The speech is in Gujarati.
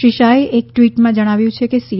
શ્રી શાહે એક ટ્વીટમાં જણાવ્યું કે સી